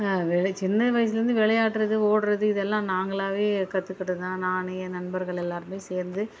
சின்ன வயசில் இருந்து விளையாடுறது ஓடுறது இது எல்லாம் நாங்களாவே கற்றுக்கிட்டது தான் நானும் என் நண்பர்கள் எல்லோருமே சேர்ந்து